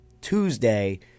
Tuesday